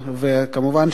וכמובן,